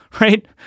right